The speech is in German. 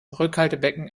rückhaltebecken